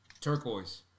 Turquoise